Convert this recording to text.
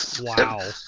Wow